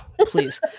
please